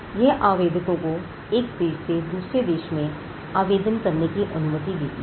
यह आवेदकों को एक देश से दूसरे देश में आवेदन करने की अनुमति देती है